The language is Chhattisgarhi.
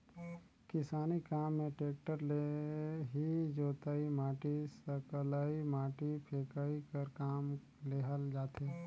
किसानी काम मे टेक्टर ले ही जोतई, माटी सकलई, माटी फेकई कर काम लेहल जाथे